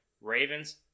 Ravens